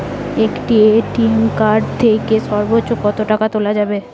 একটি ATM card থেকে সর্বোচ্চ কত টাকা তোলা যাবে?